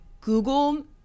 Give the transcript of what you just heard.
google